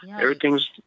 Everything's